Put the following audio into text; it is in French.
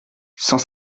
cent